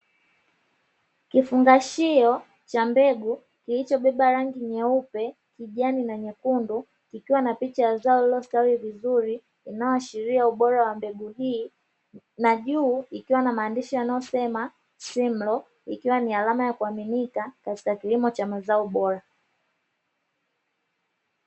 Kifungashio cha mbegu kilichobeba rangi: nyeupe, kijani na nyekundu kikiwa na picha ya zao liliostawi vizuri, inayoashiria ubora wa mbegu hii na juu ikiwa na maandishi yanayosema "Simlaw" ikiwa ni alama ya kuamimnika katika kilimo cha mazao bora.